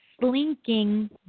slinking